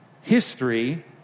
history